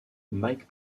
mike